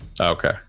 Okay